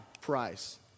price